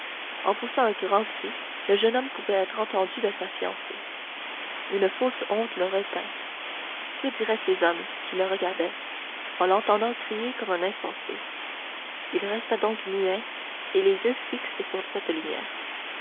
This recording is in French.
en poussant un grand cri le jeune homme pouvait être entendu de sa fiancée une fausse honte le retint que diraient ces hommes qui le regardaient en l'entendant crier comme un insensé il resta donc muet et les yeux fixés sur cette lumière